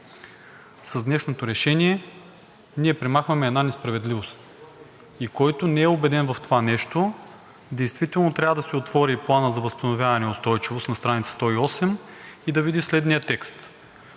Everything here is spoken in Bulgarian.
С днешното решение ние премахваме една несправедливост и който не е убеден в това нещо, действително трябва да си отвори Плана за възстановяване и устойчивост на страница 108 и да види следния текст,